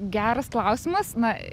geras klausimas na